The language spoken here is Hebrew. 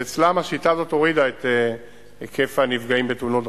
ואצלם השיטה הזאת הורידה את היקף הנפגעים בתאונות דרכים.